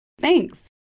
Thanks